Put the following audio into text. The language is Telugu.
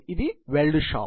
ఇది ఒక వెల్డ్ షాప్